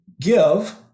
give